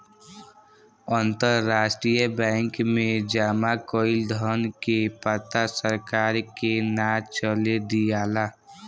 अंतरराष्ट्रीय बैंक में जामा कईल धन के पता सरकार के ना चले दियाला